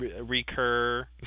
recur